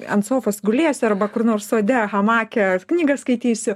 ant sofos gulėjsiu arba kur nors sode hamake knygą skaitysiu